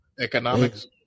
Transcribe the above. economics